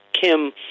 Kim